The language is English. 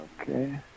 Okay